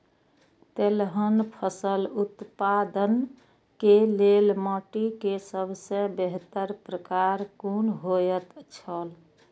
तेलहन फसल उत्पादन के लेल माटी के सबसे बेहतर प्रकार कुन होएत छल?